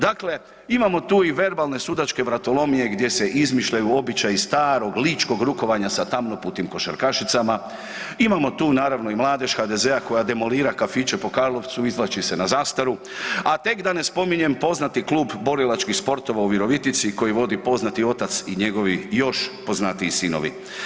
Dakle, imamo tu i verbalne sudačke vratolomije gdje se izmišljaju običaju starog ličkog rukovanja sa tamnoputim košarkašicama, imamo tu naravno i mladež HDZ-a koja demolira kafiće po Karlovcu, izvlači se na zastaru, a tek da ne spominjem poznati klub borilačkih sportova u Virovitici koji vodi poznati otac i njegovi još poznatiji sinovi.